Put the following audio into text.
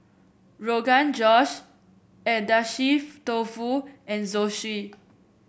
Rogan Josh Agedashi Dofu and Zosui